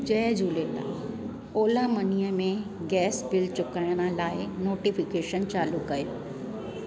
जय Jhulelal Ola Money में gas bill चुकाइण लाइ नोटिफिकेशन चालू कयो